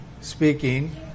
speaking